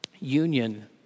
union